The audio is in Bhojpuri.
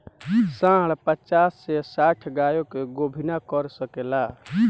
सांड पचास से साठ गाय के गोभिना कर सके ला